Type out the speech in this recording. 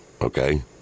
Okay